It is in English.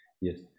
Yes